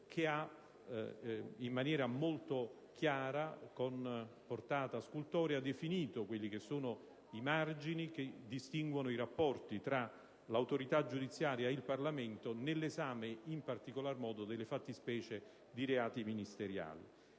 che, in maniera molto chiara, con portata scultorea, ha definito i margini che distinguono i rapporti tra l'autorità giudiziaria ed il Parlamento nell'esame, in particolar modo, delle fattispecie dei reati ministeriali.